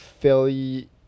fairly